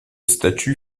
statut